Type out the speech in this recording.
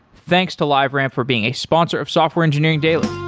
thanks to liveramp for being a sponsor of software engineering daily